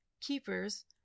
keepers